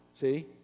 see